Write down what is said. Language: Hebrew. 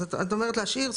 את אומרת להשאיר.